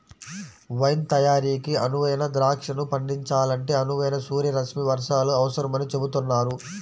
wine తయారీకి అనువైన ద్రాక్షను పండించాలంటే అనువైన సూర్యరశ్మి వర్షాలు అవసరమని చెబుతున్నారు